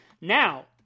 now